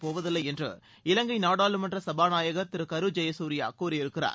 போவதில்லை என்று இலங்கை நாடாளுமன்ற சபாநாயகர் திரு கரு ஜெயகுரியா கூறியிருக்கிறார்